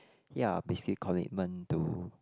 ya basically commitment to